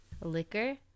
liquor